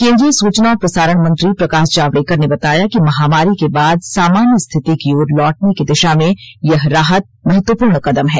केन्द्रीय सूचना और प्रसारण मंत्री प्रकाश जावड़ेकर ने बताया कि महामारी के बाद सामान्य रिथिति की ओर लौटने की दिशा में यह राहत महत्वपूर्ण कदम है